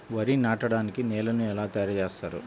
వరి నాటడానికి నేలను ఎలా తయారు చేస్తారు?